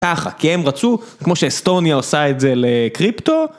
ככה, כי הם רצו, כמו שאסטוניה עושה את זה לקריפטו.